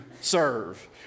serve